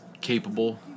capable